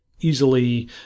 easily